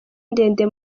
ndende